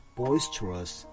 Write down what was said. boisterous